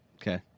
Okay